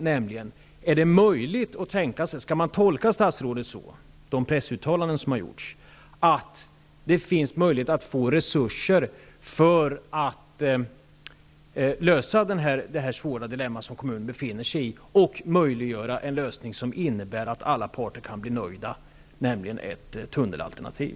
Skall man tolka statsrådet så, enligt de pressuttalanden som gjorts, att det finns möjligheter att få resurser för att lösa det svåra dilemma som kommunen befinner sig i, vilket skulle möjliggöra en lösning som innebär att alla parter kan bli nöjda, dvs. ett tunnelalternativ?